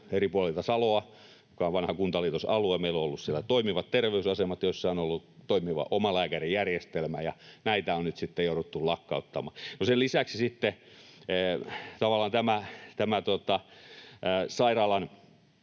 eri puolilta Saloa, joka on vanha kuntaliitosalue. Meillä on ollut siellä toimivat terveysasemat, joissa on ollut toimiva omalääkärijärjestelmä, ja näitä on nyt sitten jouduttu lakkauttamaan. No, sen lisäksi sitten tavallaan tämän sairaalan